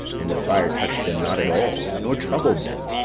and the fire touched them not at all, nor troubled them,